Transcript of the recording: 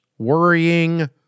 worrying